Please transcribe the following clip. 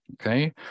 Okay